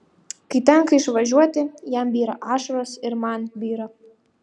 kai tenka išvažiuoti jam byra ašaros ir man byra